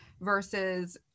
versus